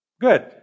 Good